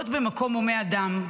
להיות במקום הומה אדם,